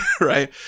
right